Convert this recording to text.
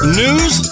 news